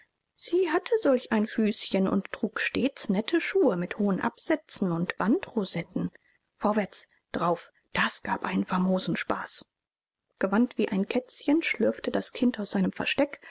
sie hatte solch ein füßchen und trug stets nette schuhe mit hohen absätzen und bandrosetten vorwärts drauf das gab einen famosen spaß gewandt wie ein kätzchen schlüpfte das kind aus seinem versteck